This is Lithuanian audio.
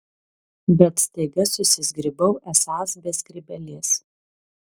bet staiga susizgribau esąs be skrybėlės